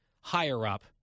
higher-up